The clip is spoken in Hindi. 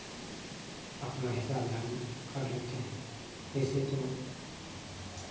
अपना हिसाब झन कर लेते हैं वैसे तो